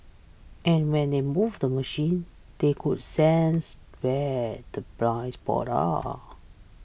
and when they move the machine they could sense where the blind spots are